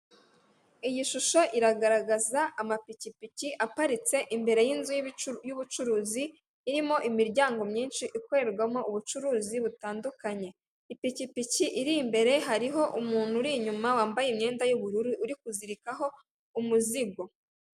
Iyi shusho iragaragaza amapikipiki aparitse imbere y'inzu y'ubucuruzi irimo imiryango myinshi ikorerwamo ubucuruzi butandukanye ipikipiki iri imbere hariho umuntu uri inyuma wambaye imyenda yu'ubururu uri kuzirikaho umuzingo.